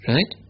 Right